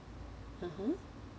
(uh huh)